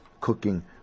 cooking